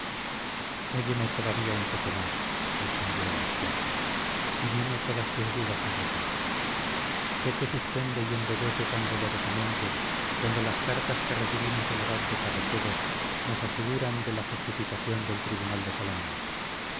óyeme todavía un poco más respondió el anciano y dime todas tus dudas y recelos qué te suspende y embebece tan dolorosamente cuando las cartas que recibimos del abad de carracedo nos aseguran de la justificación del tribunal de salamanca